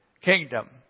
kingdom